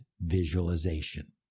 visualization